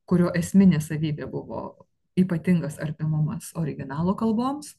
kurio esminė savybė buvo ypatingas artimumas originalo kalboms